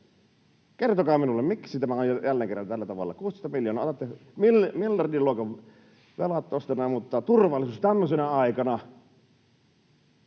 Kertokaa minulle: miksi tämä on jälleen kerran tällä tavalla? 16 miljoonaa. Otatte miljardiluokan velat tuosta noin, mutta turvallisuus tämmöisenä aikana